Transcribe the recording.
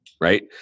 right